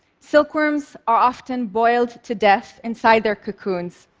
silkworms are often boiled to death inside their cocoons,